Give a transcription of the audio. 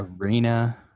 Arena